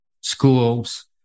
schools